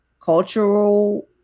cultural